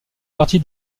partie